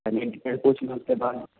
payment کے کچھ ہفتے بعد